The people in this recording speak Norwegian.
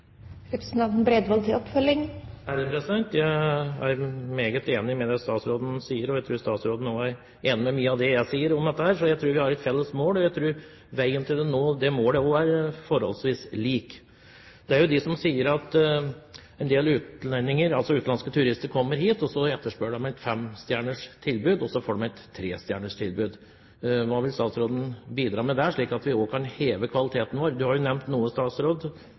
Jeg er meget enig i det statsråden sier, og jeg tror statsråden også er enig i mye av det jeg sier om dette, så jeg tror vi har et felles mål. Jeg tror veien til å nå det målet også er forholdsvis lik. Det er dem som sier at en del utenlandske turister kommer hit og etterspør et femstjerners tilbud, men så får de et trestjerners tilbud. Hva vil statsråden bidra med, slik at vi også kan heve kvaliteten vår? Statsråden har nevnt noe,